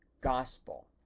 gospel